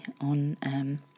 on